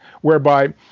whereby